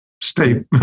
stay